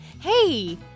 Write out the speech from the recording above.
Hey